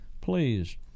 please